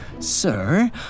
Sir